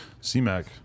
C-Mac